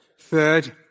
third